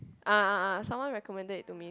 ah ah ah someone recommended to me